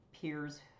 peers